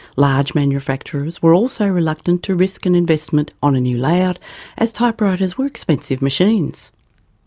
large manufacturers were also reluctant to risk an investment on a new layout as typewriters were expensive machines.